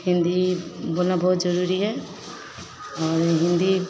हिन्दी बोलना बहुत ज़रूरी है और हिन्दी